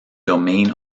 domain